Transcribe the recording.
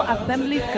Assembly